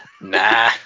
Nah